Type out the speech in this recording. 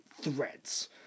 threads